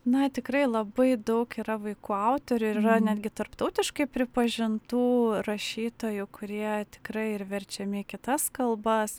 na tikrai labai daug yra vaikų autorių ir yra netgi tarptautiškai pripažintų rašytojų kurie tikrai ir verčiami į kitas kalbas